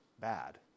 bad